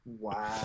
Wow